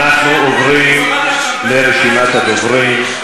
אנחנו עוברים לרשימת הדוברים.